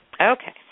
Okay